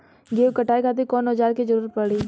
गेहूं के कटाई खातिर कौन औजार के जरूरत परी?